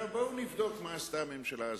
עכשיו, בואו נבדוק מה עשתה הממשלה הזאת.